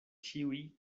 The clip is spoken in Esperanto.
ĉiuj